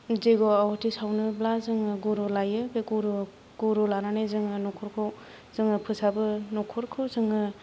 जग्य आहुति सावनोब्ला जों गुरु लायो बे गुरु गुरु लानानै जों नखरखौ जोङो फोसाबो नखरखौ जोङो